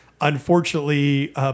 unfortunately